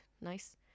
nice